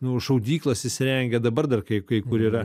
nu šaudyklas įsirengę dabar dar kai kur yra